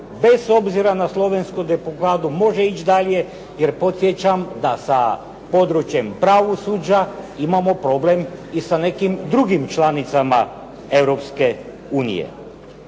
bez obzira na slovensku deblokadu može ići dalje, jer podsjećam da sa područjem pravosuđa imamo problem i sa nekim drugim članicama